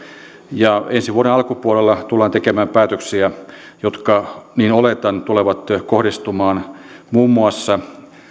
ja ensi vuoden alkupuolella tullaan tekemään päätöksiä jotka niin oletan tulevat kohdistumaan muun muassa